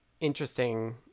interesting